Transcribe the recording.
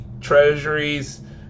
treasuries